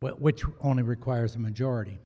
but which only requires a majority